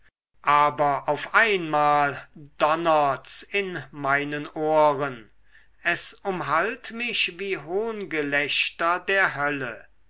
aber auf einmal donnerts in meinen ohren es umhallt mich wie hohngelächter der hölle